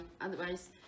otherwise